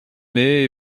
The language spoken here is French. mais